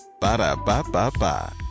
Ba-da-ba-ba-ba